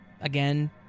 again